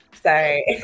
Sorry